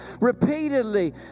repeatedly